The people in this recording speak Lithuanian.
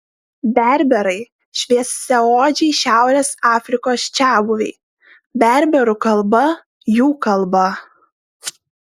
berberai šviesiaodžiai šiaurės afrikos čiabuviai berberų kalba jų kalba